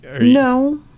no